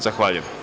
Zahvaljujem